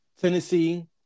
Tennessee